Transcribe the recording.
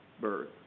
birth